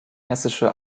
hessische